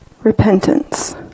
repentance